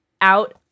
out